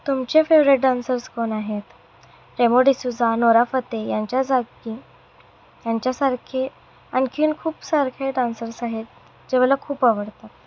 तुमचे favourite dancers कोण आहेत रेमो डिसूजा नोरा फतेही यांच्या जाकी यांच्यासारखे आणखीन खूप सारखे डान्सर्स आहेत जे मला खूप आवडतात